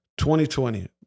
2020